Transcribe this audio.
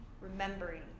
remembering